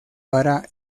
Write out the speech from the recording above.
para